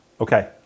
Okay